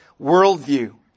worldview